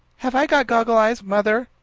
have i got goggle-eyes, mother?